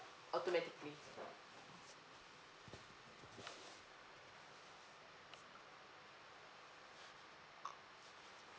automatically